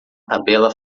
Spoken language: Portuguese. tabela